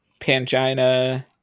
Pangina